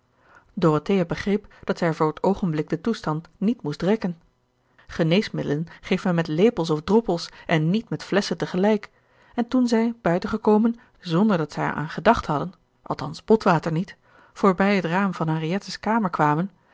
dorothea begreep dat zij voor het oogenblik den toestand niet moest rekken geneesmiddelen geeft men met lepels of droppels en niet met flesschen te gelijk en toen zij buiten gekomen zonder dat zij er aan gedacht hadden althans botwater niet voorbij het raam van henriette's kamer kwamen